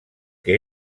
que